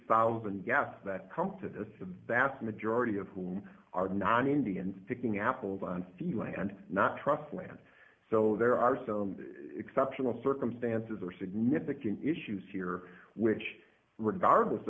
thousand gas that come to this a vast majority of whom are non indians picking apples on the land not trust land so there are some exceptional circumstances or significant issues here which regardless